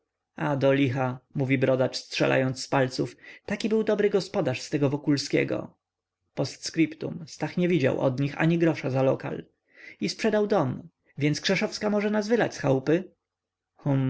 do licha mówi brodacz strzelając z palców taki był dobry gospodarz z tego wokulskiego p s stach nie widział od nich ani grosza za lokal i sprzedał dom więc krzeszowska może nas wylać z chałupy hum